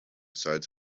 sides